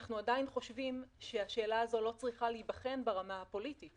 אנחנו עדיין חושבים שהשאלה הזאת לא צריכה להיבחן ברמה הפוליטית.